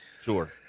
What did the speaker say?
Sure